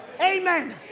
Amen